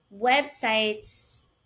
websites